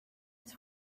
his